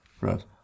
Right